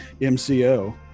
MCO